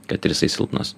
kad ir jisai silpnas